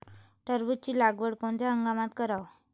टरबूजाची लागवड कोनत्या हंगामात कराव?